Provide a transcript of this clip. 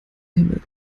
himmel